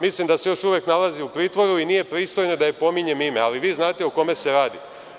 Mislim da se još uvek nalazi u pritvoru i nije pristojno da joj pominjem ime, ali vi znate o kome se radi.